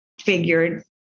figured